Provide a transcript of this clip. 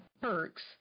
perks